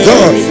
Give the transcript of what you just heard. God